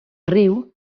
riu